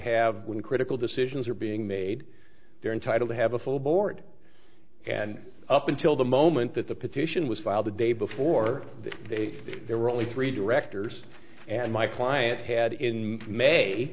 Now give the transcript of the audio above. have been critical decisions are being made they're entitled to have a full board and up until the moment that the petition was filed the day before there were only three directors and my client had in